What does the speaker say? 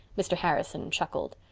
mr. harrison chuckled.